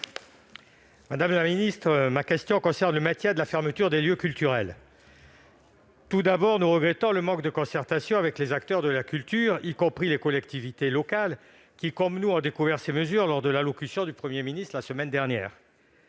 Mme la ministre de la culture et concerne le maintien de la fermeture des lieux culturels. Madame la ministre, nous regrettons, d'abord, le manque de concertation avec les acteurs de la culture, y compris avec les collectivités locales, qui, comme nous, ont découvert ces mesures lors de l'allocution du Premier ministre, la semaine dernière.